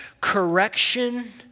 correction